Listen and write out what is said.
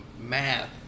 math